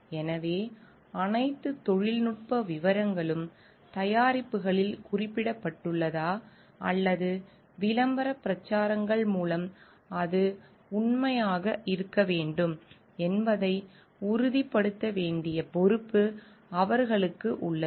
எனவே அனைத்து தொழில்நுட்ப விவரங்களும் தயாரிப்புகளில் குறிப்பிடப்பட்டுள்ளதா அல்லது விளம்பர பிரச்சாரங்கள் மூலம் அது உண்மையாக இருக்க வேண்டும் என்பதை உறுதிப்படுத்த வேண்டிய பொறுப்பு அவர்களுக்கு உள்ளது